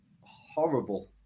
Horrible